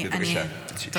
כן, בבקשה, שלי.